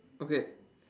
okay